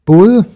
Både